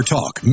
Talk